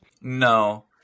No